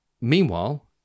Meanwhile